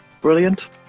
brilliant